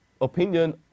opinion